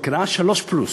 שנקראה "שלוש פלוס".